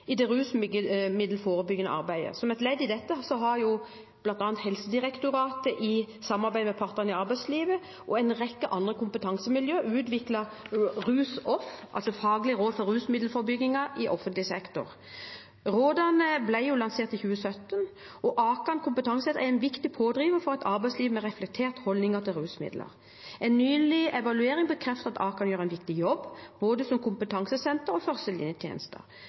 i det rusmiddelforebyggende arbeidet. Som et ledd i dette har bl.a. Helsedirektoratet i samarbeid med partene i arbeidslivet og en rekke andre kompetansemiljøer utviklet RusOff, altså faglige råd for rusmiddelforebygging i offentlig sektor. Rådene ble lansert i 2017, og Akan kompetansesenter er en viktig pådriver for et arbeidsliv med reflekterte holdninger til rusmidler. En nylig evaluering bekrefter at Akan gjør en viktig jobb, både som kompetansesenter og